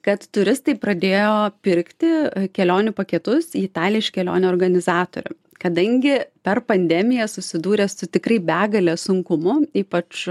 kad turistai pradėjo pirkti kelionių paketus į italiją iš kelionių organizatorių kadangi per pandemiją susidūrė su tikrai begale sunkumų ypač